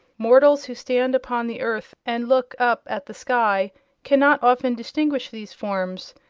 mortals who stand upon the earth and look up at the sky cannot often distinguish these forms,